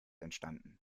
entstanden